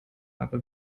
aber